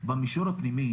במישור הפנימי